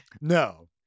no